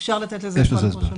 אפשר לתת לזה פרשנויות.